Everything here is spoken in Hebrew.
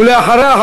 ואחריה,